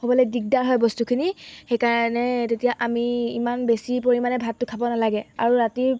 হ'বলৈ দিগদাৰ হয় বস্তুখিনি সেইকাৰণে তেতিয়া আমি ইমান বেছি পৰিমাণে ভাতটো খাব নালাগে আৰু ৰাতি